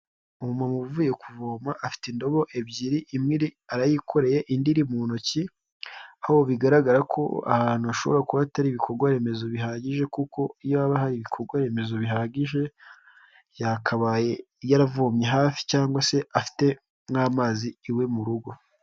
Umuntu uvuye kuvoma afite indobo ebyiri, imwe arayikoreye indi iri mu ntoki, aho bigaragara ko aha hantu hashobora kuba hatari ibikorwa remezo bihagije kuko iyaba hari ibikorwa remezo bihagije yakabaye yaravomye hafi cyangwa se afite nk'amazi iwe mu rugo.